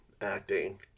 acting